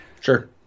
Sure